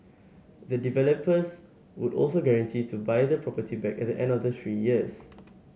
the developers would also guarantee to buy the property back at the end of the three years